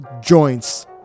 joints